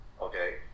Okay